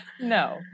No